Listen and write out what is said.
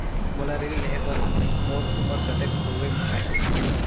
मोला ऋण लेहे बार मोर उमर कतेक होवेक चाही?